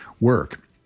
work